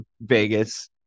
Vegas